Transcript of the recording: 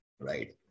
right